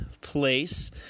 place